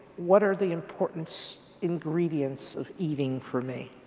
what are the important ingredients of eating for me.